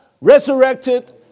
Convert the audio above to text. resurrected